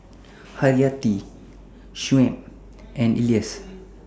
Hayati Shuib and Elyas